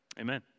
amen